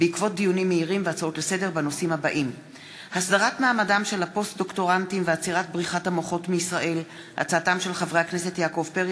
בעקבות דיון מהיר בהצעתם של חברי הכנסת יעקב פרי,